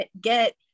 get